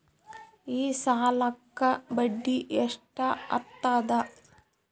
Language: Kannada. ಈ ಸಾಲಕ್ಕ ಬಡ್ಡಿ ಎಷ್ಟ ಹತ್ತದ?